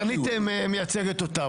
קרנית מייצגת אותם.